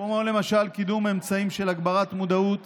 כמו קידום אמצעים של הגברת מודעות